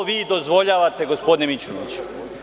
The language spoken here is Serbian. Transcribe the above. To vi dozvoljavate, gospodine Mićunoviću.